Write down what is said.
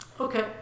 Okay